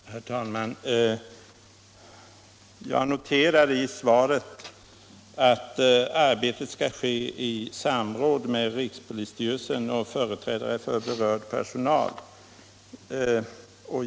Herr talman! Jag noterar i svaret att arbetet med nödvändiga förändringar skall ske ”i samråd med rikspolisstyrelsen och företrädare för berörd personal”.